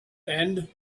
and